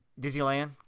Disneyland